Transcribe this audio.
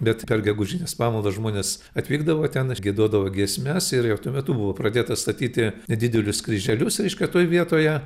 bet per gegužinės pamaldas žmonės atvykdavo ten giedodavo giesmes ir jau tuo metu buvo pradėta statyti nedidelius kryželius reiškia toj vietoje